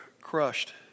crushed